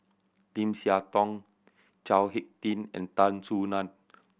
Lim Siah Tong Chao Hick Tin and Tan Soo Nan